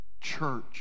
church